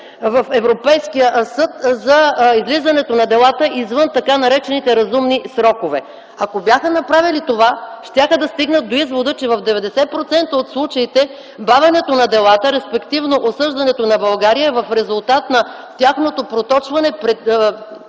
в Европейския съд за излизането на делата извън така наречените разумни срокове. Ако бяха направили това, щяха да стигнат до извода, че в 90% от случаите бавенето на делата, респективно осъждането на България е в резултат на тяхното проточване предвид